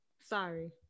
Sorry